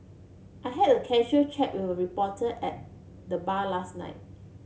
I had a casual chat with a reporter at the bar last night